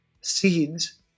seeds